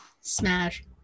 Smash